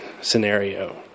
scenario